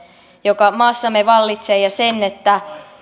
joka maassamme vallitsee ja sen että